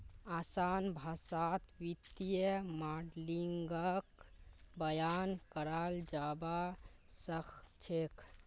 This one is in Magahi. असान भाषात वित्तीय माडलिंगक बयान कराल जाबा सखछेक